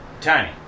tiny